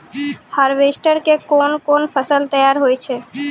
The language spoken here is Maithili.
हार्वेस्टर के कोन कोन फसल तैयार होय छै?